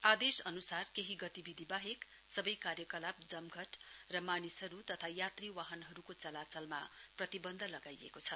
आदेश अनुसार केही गतिविधि बाहेक सबै कार्यकलाप जमघाट र मानिसहरु अनि सरसामानका तथा यात्री वाहनहरुको चलाचलमा प्रतिवन्ध लगाइएको छ